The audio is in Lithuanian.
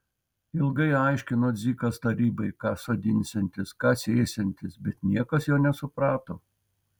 ilgai aiškino dzikas tarybai ką sodinsiantis ką sėsiantis bet niekas jo nesuprato